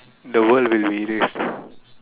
the world will be erased